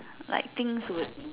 like things would